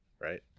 Right